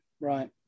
right